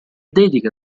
dedica